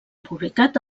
publicat